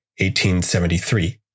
1873